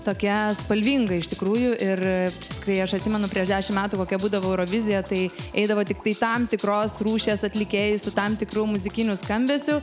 tokia spalvinga iš tikrųjų ir kai aš atsimenu prieš dešimt metų kokia būdavo eurovizija tai eidavo tiktai tam tikros rūšies atlikėjai su tam tikru muzikiniu skambesiu